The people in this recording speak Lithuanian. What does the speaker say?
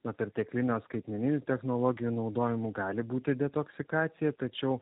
nuo perteklinio skaitmeninių technologijų naudojimo gali būti detoksikacija tačiau